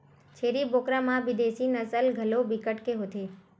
छेरी बोकरा म बिदेसी नसल घलो बिकट के होथे